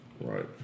Right